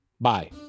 Bye